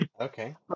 Okay